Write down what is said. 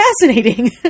fascinating